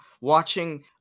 watching